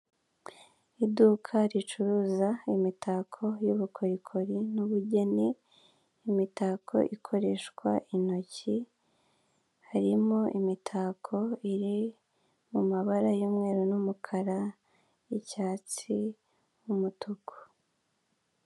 Iduka ricuruza imitako n'ubukorikori n'ubugeni imitako ikoreshwa intoki harimo imitako iri mu mabara y'umweru n'umukara icyatsi n'umutuku.